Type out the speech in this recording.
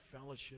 fellowship